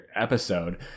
episode